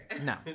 No